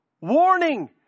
Warning